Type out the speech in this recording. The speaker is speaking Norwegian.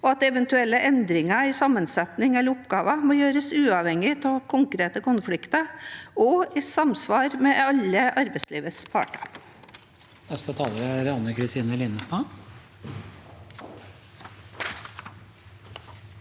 og at eventuelle endringer i sammensetning eller oppgaver må gjøres uavhengig av konkrete konflikter og i samsvar med alle arbeidslivets parter.